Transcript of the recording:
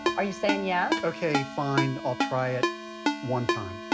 are you saying yes? okay, fine. i'll try it one time.